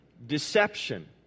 Deception